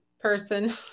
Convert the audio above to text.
person